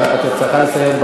את צריכה לסיים.